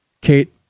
Kate